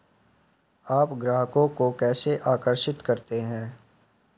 आप ग्राहकों को कैसे आकर्षित करते हैं?